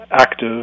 active